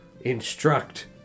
instruct